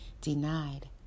denied